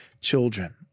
children